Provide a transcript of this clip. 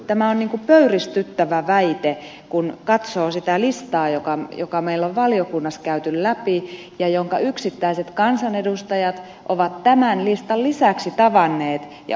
tämä on pöyristyttävä väite kun katsoo sitä listaa joka meillä on valiokunnassa käyty läpi ja minkä määrän yksittäiset kansanedustajat ovat tämän listan lisäksi tavanneet ja ottaneet vastaan